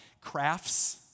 Crafts